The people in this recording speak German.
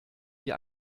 wie